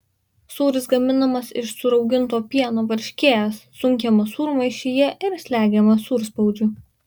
sūris gaminamas iš surauginto pieno varškės sunkiamas sūrmaišyje ir slegiamas sūrspaudžiu